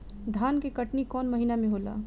धान के कटनी कौन महीना में होला?